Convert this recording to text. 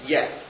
Yes